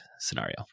scenario